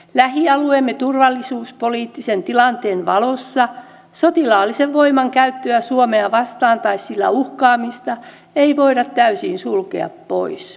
lähialueemme turvallisuuspoliittisen tilanteen valossa sotilaallisen voimankäyttöä suomea vastaan tai sillä uhkaamista ei voida täysin sulkea pois